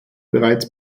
bereits